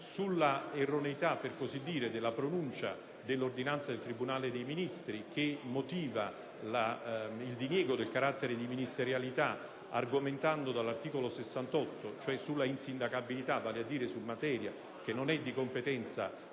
sulla erroneità, per così dire, della pronuncia dell'ordinanza del tribunale dei ministri che motiva il diniego del carattere di ministerialità argomentando dall'articolo 68 sull'insindacabilità e dunque su materia che non è di competenza